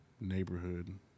neighborhood